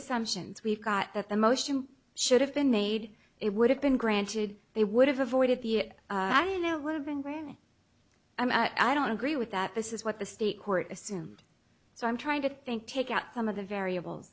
assumptions we've got that the motion should have been made it would have been granted they would have avoided the i know would have been granted i don't agree with that this is what the state court assumed so i'm trying to think take out some of the variable